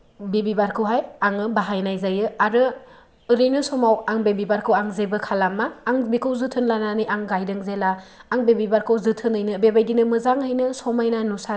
बे बिबारखौहाय आङो बाहायनाय जायो आरो ओरैनो समाव आं बे बिबारखौ आं जेबो खालामा आं बेखौ जोथोन लानानै आं गायदों जेब्ला आं बे बिबारखौ जोथोनैनो बेबायदिनो मोजाङैनो समायना नुसारथों